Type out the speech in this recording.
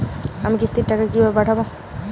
আমি কিস্তির টাকা কিভাবে পাঠাব?